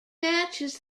matches